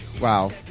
Wow